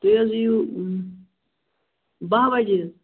تُہۍ حظ یِیِو باہ بَجے حظ